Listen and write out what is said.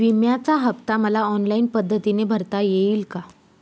विम्याचा हफ्ता मला ऑनलाईन पद्धतीने भरता येईल का?